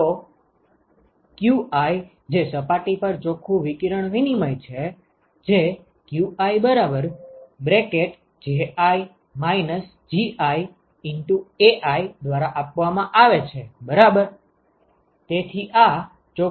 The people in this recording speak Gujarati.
તો qi જે સપાટી પર ચોખ્ખું વિકિરણ વિનિમય છે જે qiJi GiAi દ્વારા આપવામાં આવે છે બરાબર